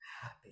happy